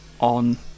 on